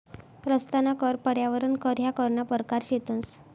रस्ताना कर, पर्यावरण कर ह्या करना परकार शेतंस